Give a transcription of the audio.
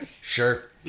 Sure